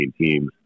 teams